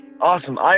Awesome